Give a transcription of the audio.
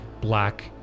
black